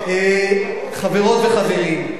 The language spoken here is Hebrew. חברות וחברים,